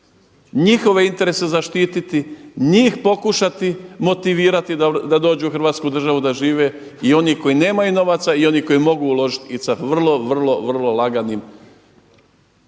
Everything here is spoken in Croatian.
njihove interese zaštiti, njih pokušati motivirati da dođu u hrvatsku državu da žive i oni koji nemaju novaca i oni koji mogu uložiti i sa vrlo, vrlo, vrlo laganim